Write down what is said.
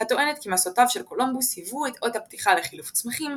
הטוענת כי מסעותיו של קולומבוס היוו את אות הפתיחה לחילוף צמחים,